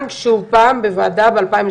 חייבים לסיים.